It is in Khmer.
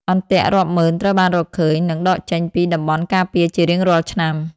អន្ទាក់រាប់ម៉ឺនត្រូវបានរកឃើញ និងដកចេញពីតំបន់ការពារជារៀងរាល់ឆ្នាំ។